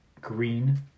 Green